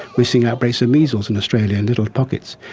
we've seen outbreaks of measles in australia, little pockets.